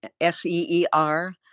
S-E-E-R